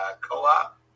co-op